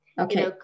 Okay